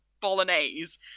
bolognese